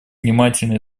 внимательно